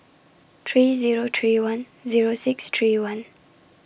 three Zero three one Zero six three one